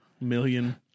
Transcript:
million